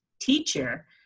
teacher